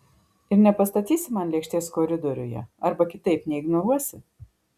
ir nepastatysi man lėkštės koridoriuje arba kitaip neignoruosi